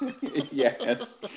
Yes